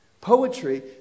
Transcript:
Poetry